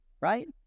right